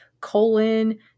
colon